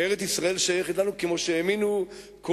שארץ-ישראל שייכת לנו, כמו שהאמינו כל